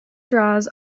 draws